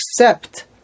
accept